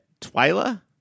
Twyla